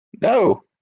No